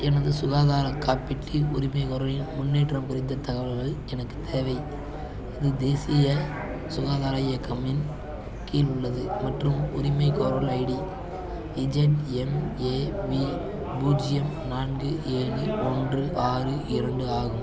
எனது சுகாதார காப்பீட்டு உரிமைகோரலின் முன்னேற்றம் குறித்த தகவல்கள் எனக்கு தேவை இது தேசிய சுகாதார இயக்கம் இன் கீல் உள்ளது மற்றும் உரிமைகோரல் ஐடி இஜட்எம்ஏவி பூஜ்ஜியம் நான்கு ஏழு ஒன்று ஆறு இரண்டு ஆகும்